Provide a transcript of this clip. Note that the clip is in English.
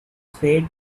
spade